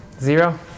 Zero